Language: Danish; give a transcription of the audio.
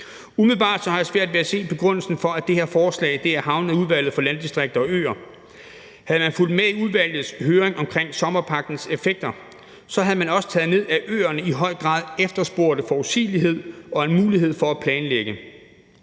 Umiddelbart har jeg svært ved at se begrundelsen for, at det her forslag er havnet i Udvalget for Landdistrikter og Øer. Havde man fulgt med i udvalgets høring omkring sommerpakkens effekter, havde man også taget ned, at øerne i høj grad efterspørger forudsigelighed og en mulighed for at planlægge,